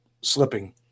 slipping